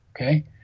Okay